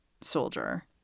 soldier